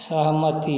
सहमति